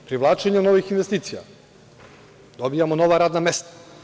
Privlačenjem novih investicija dobijamo nova radna mesta.